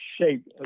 shape